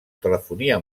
telefonia